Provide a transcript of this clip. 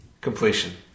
completion